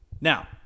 Now